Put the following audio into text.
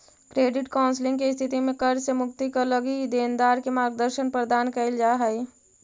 credit counselling के स्थिति में कर्ज से मुक्ति क लगी देनदार के मार्गदर्शन प्रदान कईल जा हई